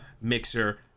mixer